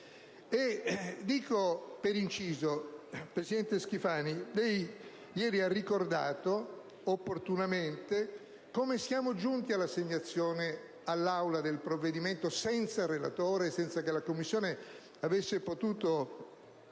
legislativo. Presidente Schifani, ieri lei ha ricordato, opportunamente, come siamo giunti all'assegnazione all'Aula di questo provvedimento senza relatore e senza che la Commissione avesse potuto